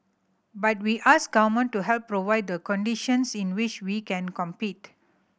but we ask government to help provide the conditions in which we can compete